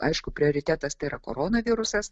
aišku prioritetas tai yra koronavirusas